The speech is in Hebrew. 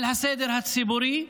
על הסדר הציבורי,